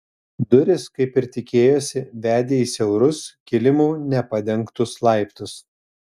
durys kaip ir tikėjosi vedė į siaurus kilimu nepadengtus laiptus